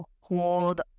hold